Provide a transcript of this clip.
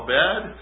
bad